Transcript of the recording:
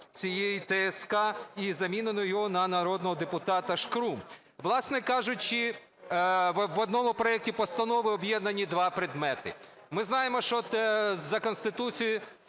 цієї ТСК і заміну його на народного депутата Шкрум. Власне кажучи, в одному проекті постанови об'єднані 2 предмети. Ми знаємо, що за Конституцією